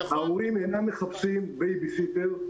ההורים אינם מחפשים בייביסיטר.